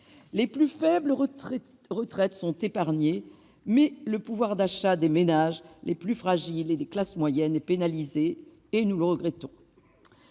Les plus faibles retraites sont épargnées, mais le pouvoir d'achat des ménages les plus fragiles et des classes moyennes est pénalisé- nous le regrettons.